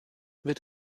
wird